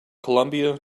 colombia